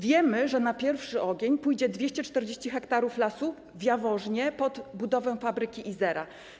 Wiemy, że na pierwszy ogień pójdzie 240 ha lasu w Jaworznie pod budowę fabryki Izery.